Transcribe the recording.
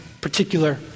particular